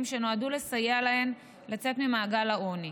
שנועדו לסייע להן לצאת ממעגל העוני.